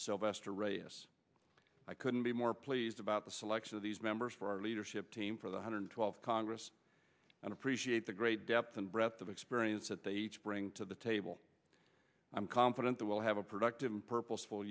sylvester reyes i couldn't be more pleased about the selection of these members for our leadership team for the hundred twelfth congress and appreciate the great depth and breadth of experience that they each bring to the table i'm confident they will have a productive and purposeful